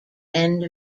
end